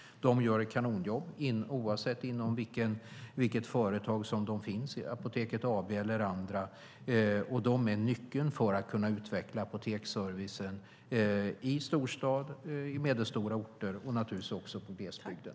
De gör ett kanonjobb, oavsett vilket företag som de finns i, Apoteket AB eller andra. Och de är nyckeln när det gäller att kunna utveckla apoteksservicen i storstäderna, i medelstora orter och naturligtvis också i glesbygden.